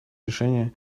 решения